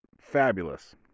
fabulous